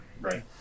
Right